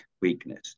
weakness